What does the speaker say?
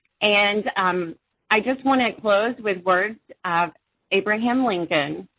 and um i just want to close with words of abraham lincoln.